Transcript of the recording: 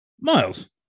Miles